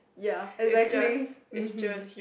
ya exactly mmhmm